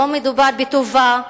לא מדובר בטובה,